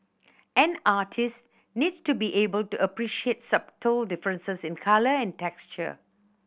an artist needs to be able to appreciate subtle differences in colour and texture